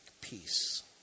peace